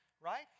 right